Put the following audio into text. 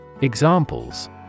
examples